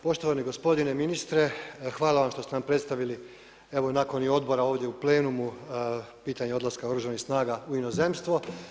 Poštovani gospodine ministre, hvala vam što ste nam predstavili evo nakon i odbora ovdje u plenumu pitanje odlaska Oružanih snaga u inozemstvo.